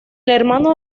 hermano